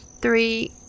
three